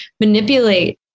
manipulate